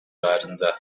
civarında